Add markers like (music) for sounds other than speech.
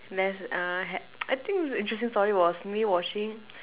uh had (noise) I think the interesting story was me watching